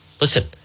Listen